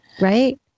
Right